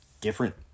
different